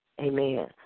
Amen